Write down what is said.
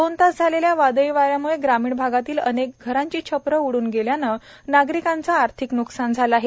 दोन तास झालेल्या वादळी वाऱ्याम्ळे ग्रामीण भागातील अनेक घरांची छपरे उड्रन गेल्याने नागरिकांचे आर्थिक न्कसान झाले आहेत